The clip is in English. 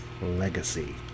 legacy